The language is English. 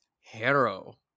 Hero